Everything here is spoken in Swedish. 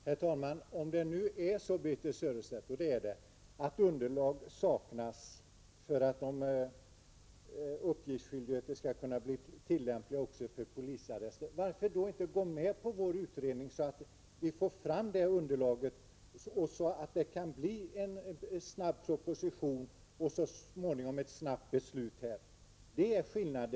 Herr talman! Om det är så, Birthe Sörestedt, att underlag saknas -- och det är ju så -- för att uppgiftsskyldigheten också skall kunna tillämpas för polisarrester, varför då inte gå med på vårt förslag om utredning, så att vi får fram ett underlag, får snabbt en proposition och så småningom ett snabbt beslut i riksdagen? Här är det skillnad.